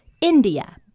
India